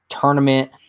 tournament